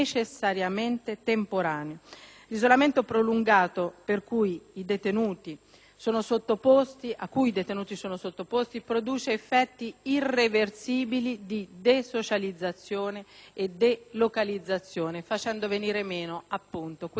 L'isolamento prolungato a cui i detenuti sono sottoposti produce effetti irreversibili di desocializzazione e delocalizzazione, facendo venire meno il principio